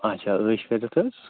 اَچھا عٲش کٔرِتھ حظ